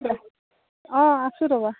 অঁ আছোঁ ৰ'বা